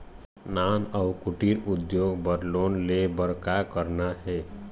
नान अउ कुटीर उद्योग बर लोन ले बर का करना हे?